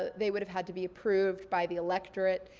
they would have had to be approved by the electorate.